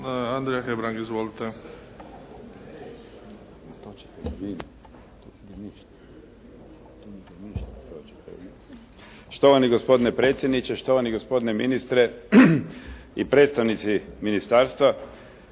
Andrija (HDZ)** Štovani gospodine predsjedniče, štovani gospodine ministre i predstavnici ministarstva.